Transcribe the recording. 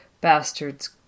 Bastards